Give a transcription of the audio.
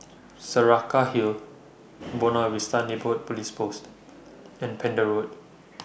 Saraca Hill Buona Vista Neighbourhood Police Post and Pender Road